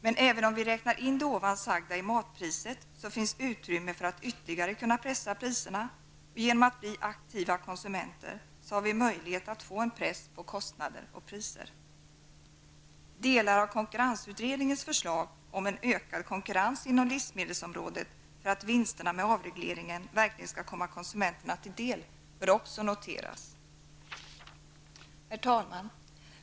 Men även om vi räknar in det här sagda i matpriset så finns utrymme för att ytterligare kunna pressa priserna, och genom att bli aktiva konsumenter har vi möjlighet att få en press på kostnader och priser. Delar av konkurrensutredningens förslag om en ökad konkurrens inom livsmedelsområdet för att vinsterna med avregleringen verkligen skall komma konsumenterna till del bör också noteras. Herr talman!